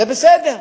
זה בסדר.